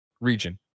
Region